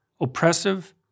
oppressive